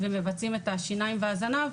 ומבצעים את השיניים והזנב,